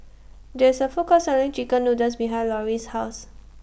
There IS A Food Court Selling Chicken Noodles behind Lauri's House